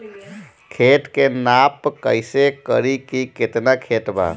खेत के नाप कइसे करी की केतना खेत बा?